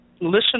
listen